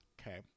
Okay